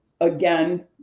again